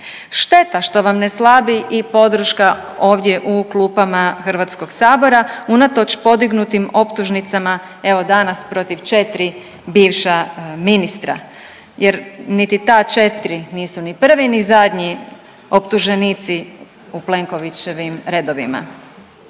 Šteta što vam ne slabi i podrška ovdje u klupama Hrvatskog sabora unatoč podignutim optužnicama evo danas protiv 4 bivša ministra jer niti ta 4 nisu ni prvi ni zadnji optuženici u Plenkovićevim redovima.